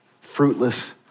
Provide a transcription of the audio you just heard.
fruitless